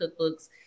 cookbooks